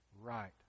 right